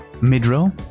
mid-row